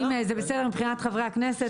זה בסדר מבחינת חברי הכנסת.